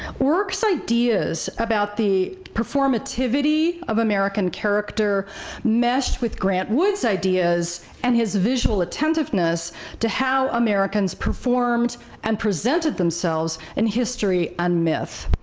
rourke's ideas about the performativity of american character meshed with grant wood's ideas and his visual attentiveness to how americans performed and presented themselves in history and myth.